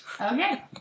Okay